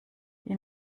die